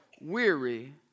weary